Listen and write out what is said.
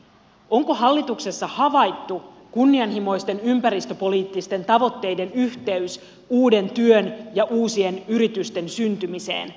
onko hallituksessa havaittu kunnianhimoisten ympäristöpoliittisten tavoitteiden yhteys uuden työn ja uusien yritysten syntymiseen